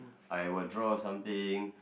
I will draw something